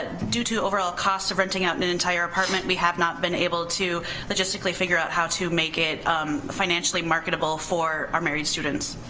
ah due to overall cost of renting out and an entire apartment, we have not been able to logistically figure out how to make it um financially marketable for our married students.